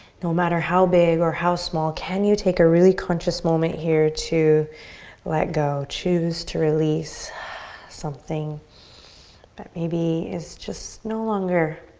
no matter how big or how small, can you take a really conscious moment here to let go? choose to release something that maybe is just no longer